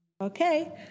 Okay